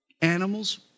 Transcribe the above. animals